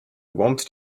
wanted